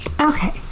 Okay